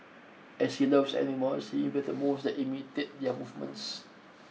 as he loves animals he invented moves that imitate their movements